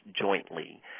jointly